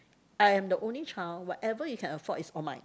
I am the only child whatever you can afford is all mine